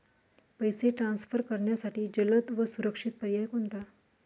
पैसे ट्रान्सफर करण्यासाठी जलद व सुरक्षित पर्याय कोणता?